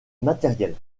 matérielle